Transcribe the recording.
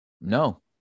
No